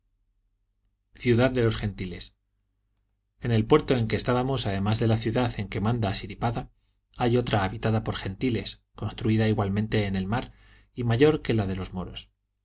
acerca de los gentiles en el puerto en que estábamos además de la ciudad en que manda siripada hay otra habitada por gentiles construida igualmente en el mar y mayor que la de los moros